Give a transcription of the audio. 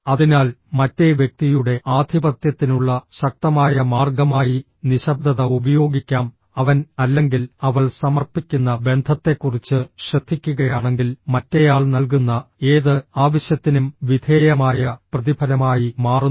അതിനാൽ മറ്റേ വ്യക്തിയുടെ ആധിപത്യത്തിനുള്ള ശക്തമായ മാർഗമായി നിശബ്ദത ഉപയോഗിക്കാം അവൻ അല്ലെങ്കിൽ അവൾ സമർപ്പിക്കുന്ന ബന്ധത്തെക്കുറിച്ച് ശ്രദ്ധിക്കുകയാണെങ്കിൽ മറ്റേയാൾ നൽകുന്ന ഏത് ആവശ്യത്തിനും വിധേയമായ പ്രതിഫലമായി മാറുന്നു